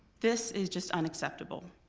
this is just unacceptable.